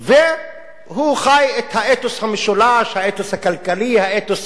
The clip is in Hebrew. והוא חי את האתוס המשולש: האתוס הכלכלי, האתוס